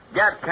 get